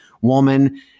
woman